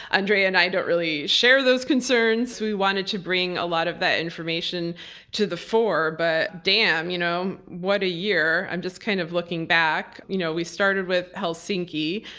andrea and i don't really share those concerns. we wanted to bring a lot of that information to the fore but, damn, you know? what a year. i'm just kind of looking back. you know we started with helsinki,